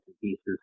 pieces